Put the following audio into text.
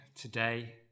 today